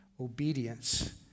obedience